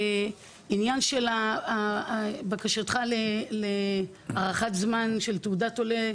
בעניין של בקשתך להארכת זמן של תעודת עולה